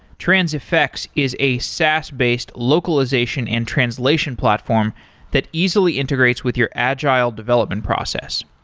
transifex is a saas based localization and translation platform that easily integrates with your agile development process.